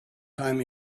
time